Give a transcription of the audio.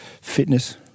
Fitness